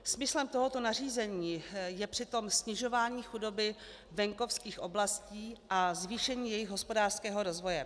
Smyslem tohoto nařízení je přitom snižování chudoby venkovských oblastí a zvýšení jejich hospodářského rozvoje.